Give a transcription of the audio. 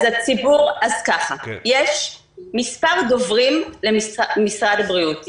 אז ככה יש מספר דוברים למשרד הבריאות.